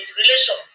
relation